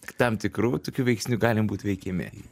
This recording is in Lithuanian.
tam tikrų tokių veiksnių galim būt veikiami